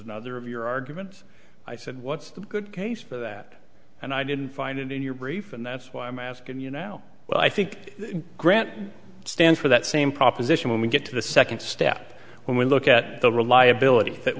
another of your arguments i said what's the good case for that and i didn't find it in your brief and that's why i'm asking you now well i think grant stands for that same proposition when we get to the second step when we look at the reliability